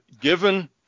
given